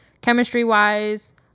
chemistry-wise